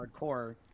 hardcore